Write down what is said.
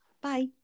Bye